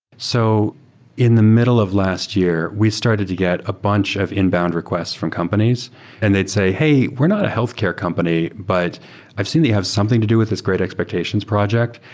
so in the middle of last year, we started to get a bunch of inbound requests from companies and they'd say, hey, we're not a healthcare company, but i've seen they have something to do with this great expectations project,